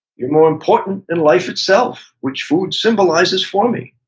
you're more important than life itself, which food symbolizes for me.